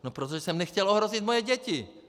No protože jsem nechtěl ohrozit svoje děti.